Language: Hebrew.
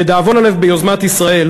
לדאבון הלב ביוזמת ישראל